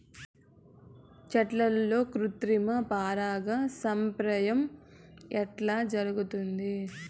చెట్లల్లో కృత్రిమ పరాగ సంపర్కం ఎట్లా జరుగుతుంది?